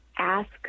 Ask